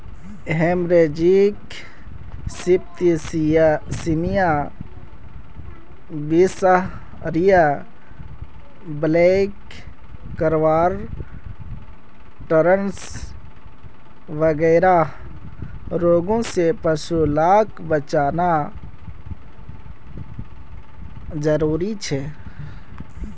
haemorrhagic septicaemia, बीसहरिया, black quarters वगैरह रोगों से पशु लाक बचाना ज़रूरी छे